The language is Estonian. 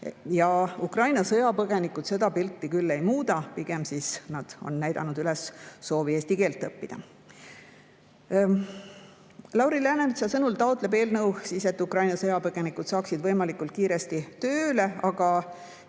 Ukraina sõjapõgenikud seda pilti ei muuda, pigem on nad näidanud üles soovi eesti keelt õppida. Lauri Läänemetsa sõnul taotleb eelnõu, et Ukraina sõjapõgenikud saaksid võimalikult kiiresti tööle.